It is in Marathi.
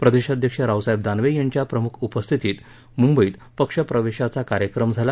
प्रदेशाध्यक्ष रावसाहेब दानवे यांच्या प्रमुख उपस्थितीत मुंबईत पक्षप्रवेशाचा कार्यक्रम झाला